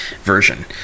version